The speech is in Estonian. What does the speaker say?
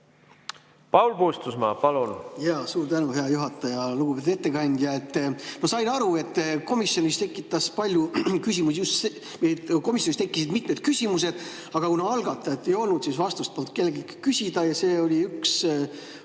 Paul Puustusmaa, palun!